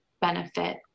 benefit